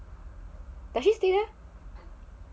okay serious